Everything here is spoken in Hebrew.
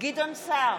גדעון סער,